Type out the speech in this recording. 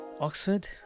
Oxford